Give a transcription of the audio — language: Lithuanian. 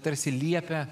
tarsi liepia